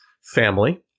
family